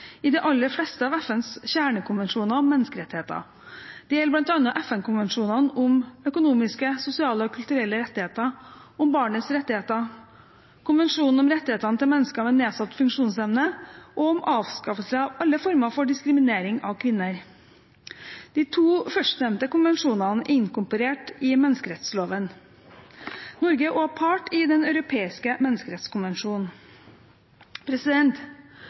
i de aller fleste av FNs kjernekonvensjoner om menneskerettigheter. Dette gjelder bl.a. konvensjonen om økonomiske, sosiale og kulturelle rettigheter, konvensjonen om barnets rettigheter, konvensjonen om rettighetene til mennesker med nedsatt funksjonsevne og konvensjonen om avskaffelse av alle former for diskriminering av kvinner. De to førstnevnte konvensjonene er inkorporert i menneskerettsloven. Norge er også part i Den europeiske